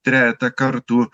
trejetą kartų